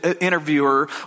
interviewer